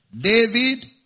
David